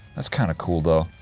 that's kind of cool though